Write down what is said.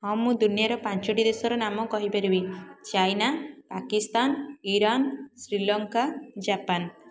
ହଁ ମୁଁ ଦୁନିଆର ପାଞ୍ଚଟି ଦେଶର ନାମ କହିପାରିବି China Pakistan Iran Sri Lanka Japan